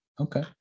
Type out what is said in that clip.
Okay